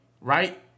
right